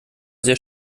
sehr